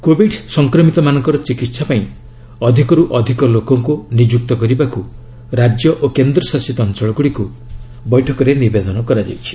Covid ସଂକ୍ରମିତମାନଙ୍କର ଚିକିତ୍ସା ପାଇଁ ଅଧିକରୁ ଅଧିକ ଲୋକଙ୍କୁ ନିଯୁକ୍ତ କରିବାକୁ ରାଜ୍ୟ ଓ କେନ୍ଦ୍ରଶାସିତ ଅଞ୍ଚଳଗୁଡ଼ିକୁ ବୈଠକରେ ନିବେଦନ କରାଯାଇଛି